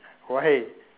why